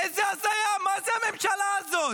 איזו הזיה, מה זה הממשלה הזאת?